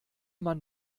man